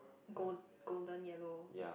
gold golden yellow